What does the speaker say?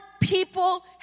people